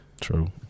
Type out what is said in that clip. True